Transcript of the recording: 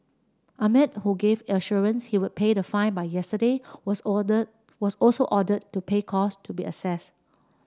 Ahmed who gave assurance he would pay the fine by yesterday was ordered was also ordered to pay cost to be assess